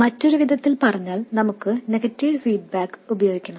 മറ്റൊരു വിധത്തിൽ പറഞ്ഞാൽ നമുക്ക് നെഗറ്റീവ് ഫീഡ്ബാക്ക് ഉപയോഗിക്കണം